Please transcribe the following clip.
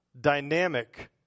dynamic